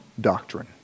doctrine